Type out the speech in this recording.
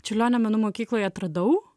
čiurlionio menų mokykloj atradau